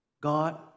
God